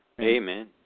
Amen